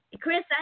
Chris